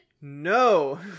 No